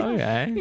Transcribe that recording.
Okay